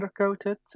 undercoated